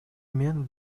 мен